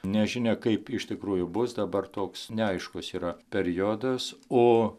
nežinia kaip iš tikrųjų bus dabar toks neaiškus yra periodas o